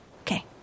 Okay